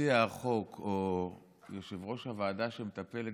שמציע החוק או יושב-ראש הוועדה שמטפלת